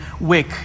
wick